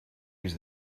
was